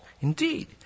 Indeed